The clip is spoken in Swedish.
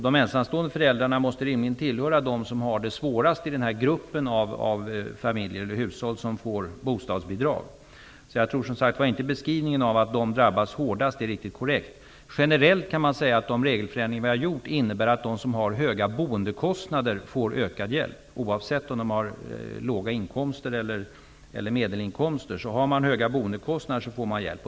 De ensamstående föräldrarna måste rimligen vara bland dem som har det svårast i den grupp av hushåll som får bostadsbidrag. Jag tror, som sagt, inte att beskrivningen av att det är de som drabbas hårdast är riktigt korrekt. Generellt kan man säga att de regelförändringar vi har genomfört innebär att de som har höga boendekostnader får ökad hjälp oavsett om de har låga inkomster eller medelinkomster. Om man har höga boendekostnader får man hjälp.